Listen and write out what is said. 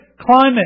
climate